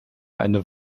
eine